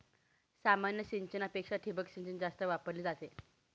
सामान्य सिंचनापेक्षा ठिबक सिंचन जास्त वापरली जाते